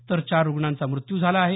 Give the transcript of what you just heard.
तर चार रुग्णांचा मृत्यू झाला आहे